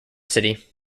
city